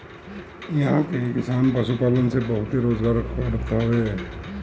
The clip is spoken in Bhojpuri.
इहां के किसान पशुपालन से बहुते रोजगार करत हवे